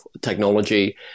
technology